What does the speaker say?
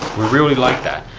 we really like that.